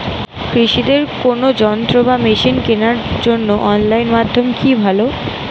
কৃষিদের কোন যন্ত্র বা মেশিন কেনার জন্য অনলাইন মাধ্যম কি ভালো?